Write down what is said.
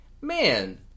Man